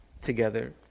together